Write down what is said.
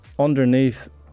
Underneath